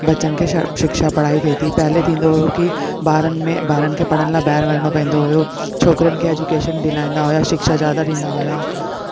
बचन खे शिक्षा पढ़ाई थिए थी पहले थींदो हुयो की ॿारनि में ॿारनि खे पढ़नि लाइ ॿाहिरि वञिणो पवंदो हुयो छोकिरनि खे एजूकेशन दिलाईंदा हुया शिक्षा ज्यादा ॾींदा हुया